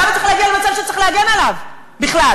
למה צריך להגיע למצב שצריך להגן עליו בכלל?